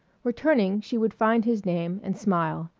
returning she would find his name, and smile.